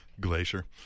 Glacier